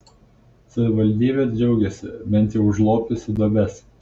savivaldybė džiaugiasi bent jau užlopiusi duobes